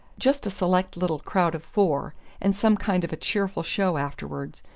just a select little crowd of four and some kind of a cheerful show afterward.